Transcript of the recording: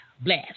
bless